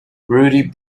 ruby